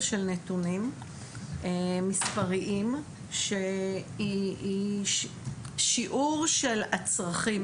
של נתונים מספריים שהיא שיעור של הצרכים,